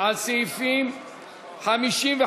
על סעיפים 55,